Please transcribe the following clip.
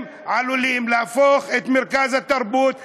הם גם עלולים להפוך את מרכז התרבות למסגד.